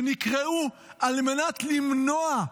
שנקראו על מנת למנוע,